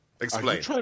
Explain